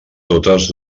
totes